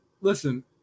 Listen